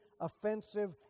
offensive